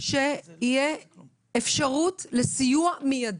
שתהיה אפשרות לסיוע מיידי.